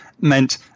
meant